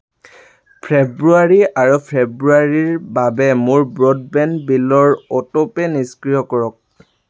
ফেব্ৰুৱাৰী আৰু ফেব্ৰুৱাৰীৰ বাবে মোৰ ব্ৰডবেণ্ড বিলৰ অটোপে' নিষ্ক্ৰিয় কৰক